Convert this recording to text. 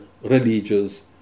religious